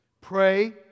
Pray